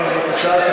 כן, בבקשה.